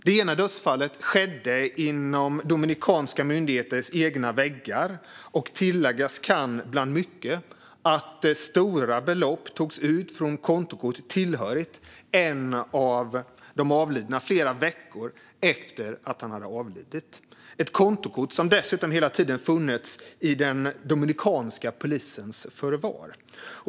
Det ena dödsfallet skedde inom dominikanska myndigheters egna väggar, och bland mycket annat kan tilläggas att stora belopp togs ut från ett kontokort tillhörande en av de avlidna flera veckor efter att han hade avlidit. Det är ett kontokort som dessutom hela tiden funnits i den dominikanska polisens förvar.